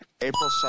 April